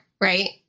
right